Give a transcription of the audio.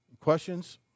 Questions